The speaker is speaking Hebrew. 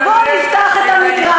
אז בוא נפתח את המקרא.